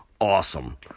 awesome